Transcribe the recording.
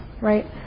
right